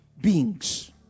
beings